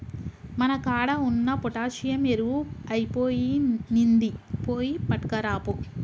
మన కాడ ఉన్న పొటాషియం ఎరువు ఐపొయినింది, పోయి పట్కరాపో